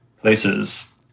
places